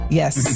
yes